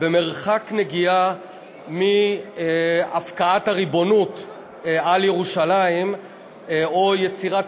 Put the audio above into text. במרחק נגיעה מהפקעת הריבונות על ירושלים או יצירת